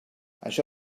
això